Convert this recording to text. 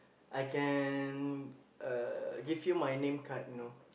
I can uh give you my name card you know